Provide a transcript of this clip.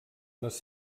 les